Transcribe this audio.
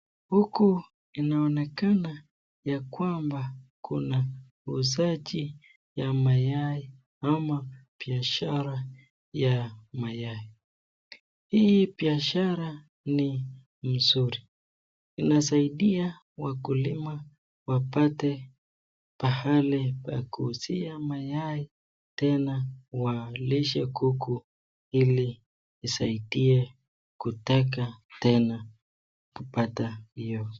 Huku inaonekana ya kwamba kuna usachi ya mayai ama biashara ya mayai. Hii biashara ni mzuri. Inasaidia wakulima wapate pahali pa kuuzia mayai tena walishe kuku ili isaidie kutaka tena kupata hiyo.